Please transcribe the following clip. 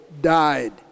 Died